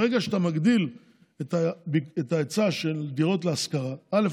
ברגע שאתה מגדיל את ההיצע של דירות להשכרה, א.